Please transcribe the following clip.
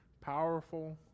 powerful